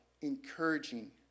encouraging